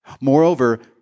Moreover